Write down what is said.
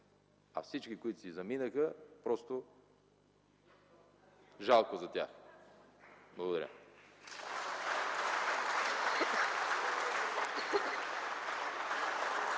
за всички, които си заминаха, просто жалко за тях! Благодаря.